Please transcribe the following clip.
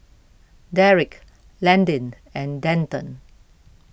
Derick Landin and Denton